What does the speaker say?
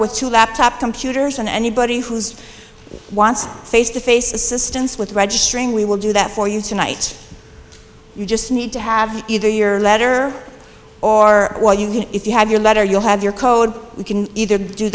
with two laptop computers and anybody who's wants face to face assistance with registering we will do that for you tonight you just need to have either your letter or if you have your letter you'll have your code you can either do